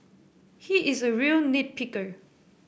he is a real nit picker